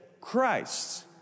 Christ